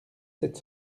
sept